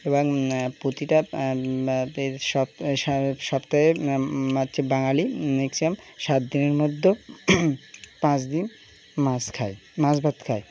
এবং প্রতিটা সপ্তাহে হচ্ছে বাঙালি ম্যাক্সিমাম সাত দিনের মধ্যে পাঁচ দিন মাছ খায় মাছ ভাত খায়